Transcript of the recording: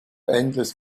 endless